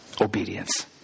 obedience